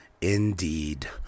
indeed